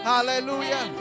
Hallelujah